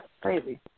Crazy